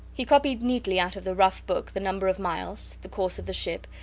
he copies neatly out of the rough-book the number of miles, the course of the ship,